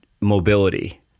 mobility